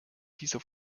dieser